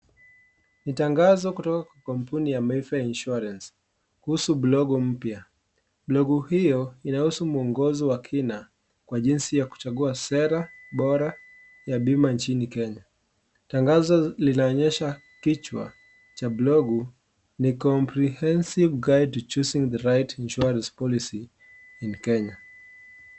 Ni tangazo kutoka kwa kampuni ya Mayfair Insurance kuhusu blogu mpya. Blogu hio inahusu mwongozo wa kina kwa jinsi ya kuchagua sera bora ya bima nchini Kenya. Tangazo linaonyesha kichwa cha blogu ni comprehensive guide to chosing the right insurance policy in Kenya .